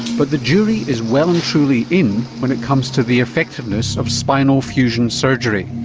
but the jury is well and truly in when it comes to the effectiveness of spinal fusion surgery.